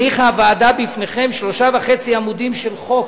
הניחה הוועדה בפניכם שלושה וחצי עמודים של חוק,